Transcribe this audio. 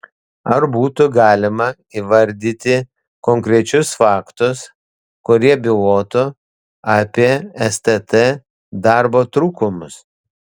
ar būtų galima įvardyti konkrečius faktus kurie bylotų apie stt darbo trūkumus